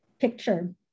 picture